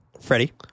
Freddie